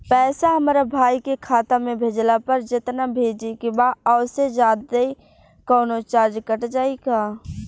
पैसा हमरा भाई के खाता मे भेजला पर जेतना भेजे के बा औसे जादे कौनोचार्ज कट जाई का?